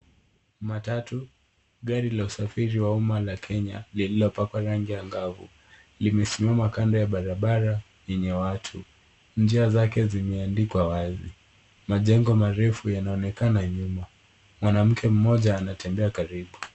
Matatu, gari la usafiri wa umma la Kenya lililopakwa rangi angavu limesimama kando ya barabara yenye watu. Njia zake zimeandikwa wazi. Majengo marefu yanaonekana nyuma. Mwanamke mmoja anatembea karibu.